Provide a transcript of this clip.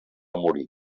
morir